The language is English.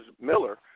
miller